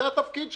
זה התפקיד שלהן.